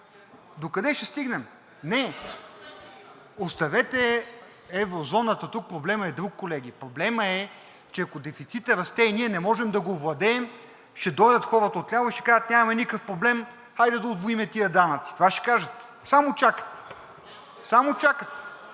МАРТИН ДИМИТРОВ: Не, оставете еврозоната, тук проблемът е друг, колеги. Проблемът е, че ако дефицитът расте и ние не можем да го овладеем, ще дойдат хората отляво и ще кажат: нямаме никакъв проблем, хайде да удвоим тези данъци. Това ще кажат, само чакат. Само чакат.